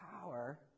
power